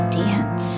dance